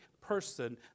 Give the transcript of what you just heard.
person